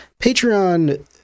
patreon